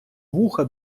вуха